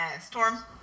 Storm